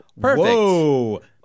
Perfect